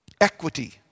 equity